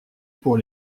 pour